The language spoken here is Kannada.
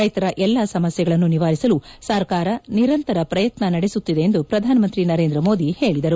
ರೈತರ ಎಲ್ಲಾ ಸಮಸ್ಥೆಗಳನ್ನು ನಿವಾರಿಸಲು ಸರ್ಕಾರ ನಿರಂತರ ಪ್ರಯತ್ನ ನಡೆಸುತ್ತಿದೆ ಎಂದು ಪ್ರಧಾನಮಂತ್ರಿ ನರೇಂದ್ರ ಮೋದಿ ಹೇಳಿದರು